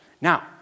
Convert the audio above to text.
Now